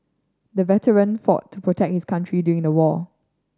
the veteran fought to protect his country during the war